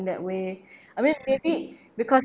that way I mean maybe because